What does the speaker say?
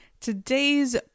today's